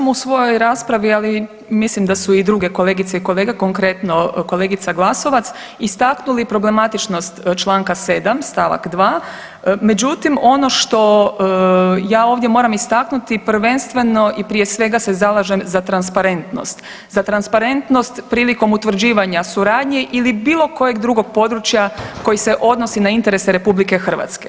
Ja sam u svojoj raspravi, ali mislim da su i druge kolegice i kolege, konkretno kolegica Glasovac istaknuli problematičnost članka 7. stavka 2. Međutim, ono što ja ovdje moram istaknuti prvenstveno i prije svega se zalažem za transparentnost, za transparentnost prilikom utvrđivanja suradnje ili bilo kojeg drugog područja koji se odnosi na interese Republike Hrvatske.